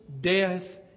death